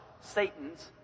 Satan's